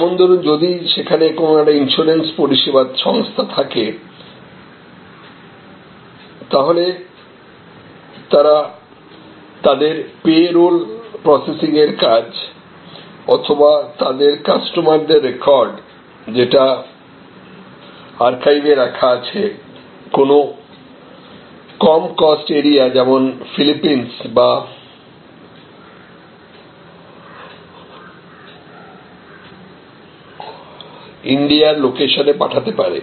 যেমন ধরুন যদি সেখানে একটি ইন্স্যুরেন্স পরিষেবা সংস্থা থাকে তাহলে তারা তাদের পে রোল প্রসেসিং এর কাজ অথবা তাদের কাস্টমারদের রেকর্ড যেটা আর্কাইভে রাখা আছে কোন কম কস্ট এরিয়া যেমন ফিলিপিনস বা ইন্ডিয়ার লোকেশনে পাঠাতে পারে